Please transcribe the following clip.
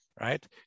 Right